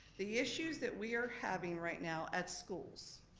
the issue that we are having right now at schools,